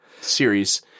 series